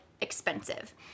expensive